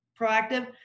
proactive